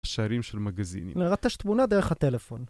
שערים של מגזינים. נראה את התמונה דרך הטלפון.